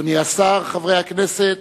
אדוני השר, חברי הכנסת,